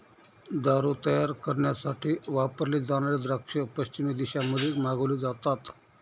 दारू तयार करण्यासाठी वापरले जाणारे द्राक्ष पश्चिमी देशांमध्ये मागवले जातात